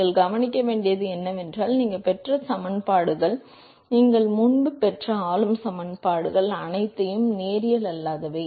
மேலும் கவனிக்க வேண்டியது என்னவென்றால் நீங்கள் பெற்ற சமன்பாடுகள் நீங்கள் முன்பு பெற்ற ஆளும் சமன்பாடுகள் அனைத்தும் நேரியல் அல்லாதவை